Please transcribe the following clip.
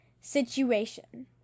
Situation